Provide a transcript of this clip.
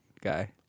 guy